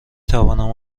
توانم